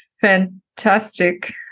fantastic